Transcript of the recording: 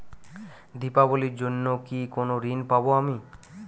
দীপাবলির জন্য কি কোনো ঋণ পাবো আমি?